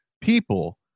people